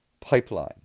pipeline